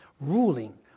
ruling